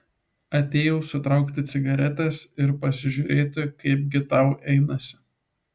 atėjau sutraukti cigaretės ir pasižiūrėti kaipgi tau einasi